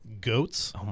goats